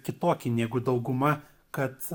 kitokį negu dauguma kad